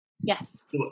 Yes